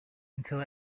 until